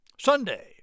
Sunday